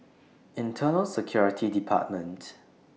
Internal Security department